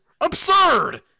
absurd